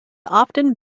often